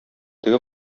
теге